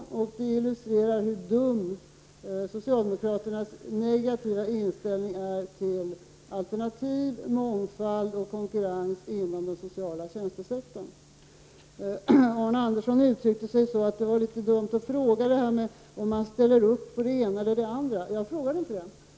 Den illustrerar hur dum socialdemokraternas negativa inställning till alternativ, mångfald och konkurrens inom den sociala tjänstesektorn är. Arne Andersson sade att det var litet dumt att fråga om man ställer upp på det ena eller det andra. Jag frågade inte det.